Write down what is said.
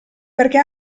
perché